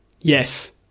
Yes